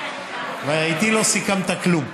איתי לא סיכמת כלום.